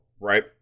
right